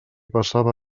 passava